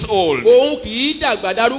old